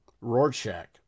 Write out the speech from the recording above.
Rorschach